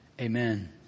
amen